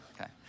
okay